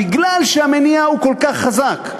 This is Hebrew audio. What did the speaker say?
בגלל שהמניע הוא כל כך חזק,